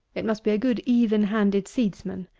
it must be a good even-handed seedsman,